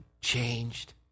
changed